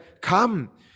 Come